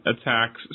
attacks